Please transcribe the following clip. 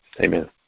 Amen